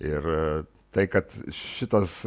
ir tai kad šitas